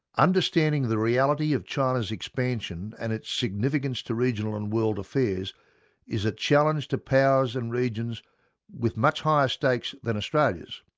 understanding the reality of china's expansion and its significance to regional and world affairs is a challenge to powers and regions with much higher stakes than australia's,